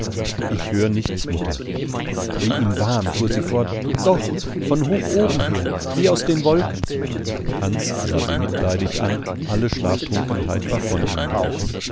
ich hör nichts mutter wie im wahn fuhr sie fort doch von hoch oben her wie aus den wolken hans sah sie mitleidig an alle schlaftrunkenheit war von ihm gewichen